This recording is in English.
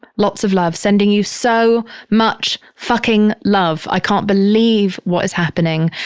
lots of love sending you so much fucking love. i can't believe what is happening.